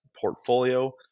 portfolio